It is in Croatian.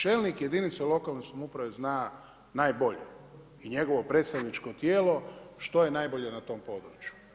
Čelnik jedinica lokalne samouprave zna najbolje i njegovo predstavničko tijelo što je najbolje na tom području.